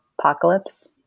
apocalypse